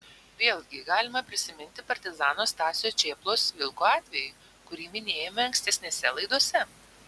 vėlgi galima prisiminti partizano stasio čėplos vilko atvejį kurį minėjome ankstesnėse laidose